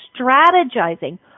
strategizing